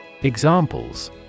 Examples